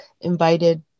invited